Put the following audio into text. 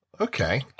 Okay